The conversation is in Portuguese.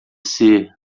ser